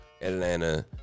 Atlanta